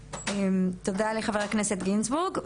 תודה רבה לחבר הכנסת איתן גינזבורג.